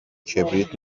کبریت